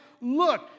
Look